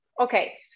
okay